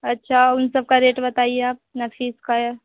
अच्छा उन सब का रेट बताइए आप नफीस का या